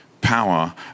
power